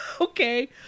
okay